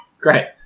Great